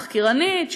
תחקירנית,